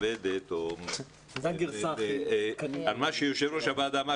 מכבדת את מה שאמר יושב ראש הוועדה,